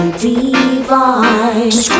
divine